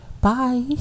bye